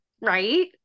right